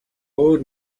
өөр